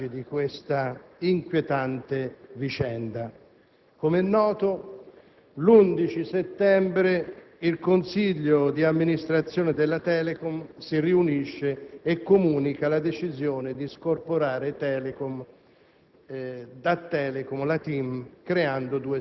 di ricordare allo stesso alcuni passaggi di questa inquietante vicenda. Com' è noto, l'11 settembre il Consiglio di amministrazione della Telecom si riunisce e comunica la decisione di scorporare da Telecom